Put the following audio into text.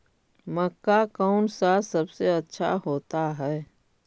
मक्का कौन सा सबसे अच्छा होता है?